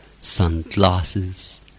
sunglasses